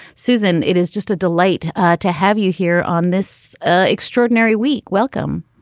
susan, it is just a delight to have you here on this ah extraordinary week. welcome.